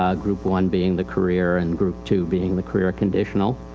um group one being the career and group two being the career conditional.